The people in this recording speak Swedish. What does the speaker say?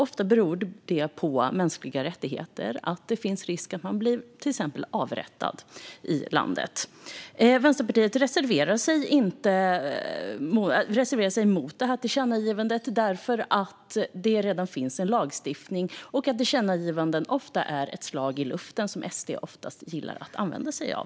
Ofta har det att göra med mänskliga rättigheter och att det till exempel finns risk att man blir avrättad i hemlandet. Vänsterpartiet reserverar sig mot tillkännagivandet för att det redan finns en lagstiftning och för att tillkännagivanden ofta är ett slag i luften, som SD gillar att använda sig av.